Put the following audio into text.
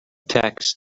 tax